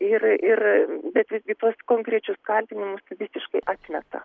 ir ir bet visgi tuos konkrečius kaltinimus visiškai atmeta